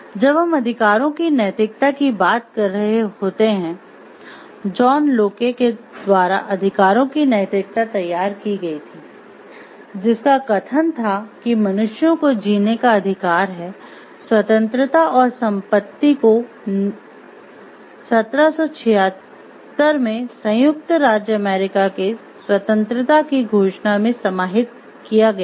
जब हम अधिकारों की नैतिकता की बात कर रहे होते हैं जॉन लोके के द्वारा अधिकारों की नैतिकता तैयार की गई थी जिसका कथन था कि मनुष्यों को जीने का अधिकार है स्वतंत्रता और संपत्ति को 1776 में संयुक्त राज्य अमेरिका के स्वतंत्रता की घोषणा में समाहित किया गया था